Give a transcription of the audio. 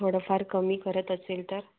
थोडंफार कमी करत असेल तर